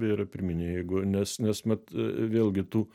yra pirminė jeigu nes nes mat vėlgi tų